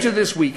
קודם כול,